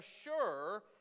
assure